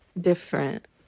different